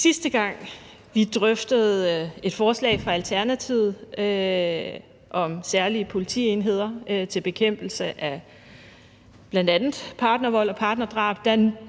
Sidste gang vi drøftede et forslag fra Alternativet om særlige politienheder til bekæmpelse af bl.a. partnervold og partnerdrab,